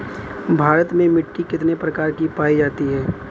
भारत में मिट्टी कितने प्रकार की पाई जाती हैं?